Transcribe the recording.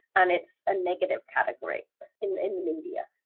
and it's a negative category in in the media.